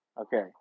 Okay